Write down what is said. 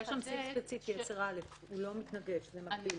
יש שם סעיף ספציפי 10א. הוא לא מתנגש, זה מקביל.